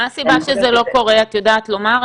מה הסיבה שזה לא קורה, את יודעת לומר?